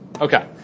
Okay